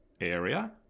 area